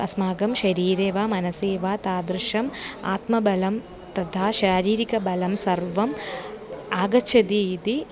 अस्माकं शरीरे वा मनसि वा तादृशम् आत्मबलं तथा शारीरिकबलं सर्वम् आगच्छति इति